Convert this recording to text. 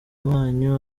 wanyu